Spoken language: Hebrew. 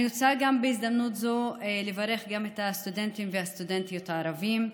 אני רוצה בהזדמנות זו גם לברך את הסטודנטים והסטודנטים הערבים,